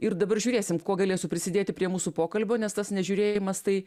ir dabar žiūrėsim kuo galėsiu prisidėti prie mūsų pokalbio nes tas nežiūrėjimas tai